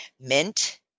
mint